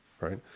right